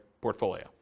portfolio